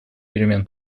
перемен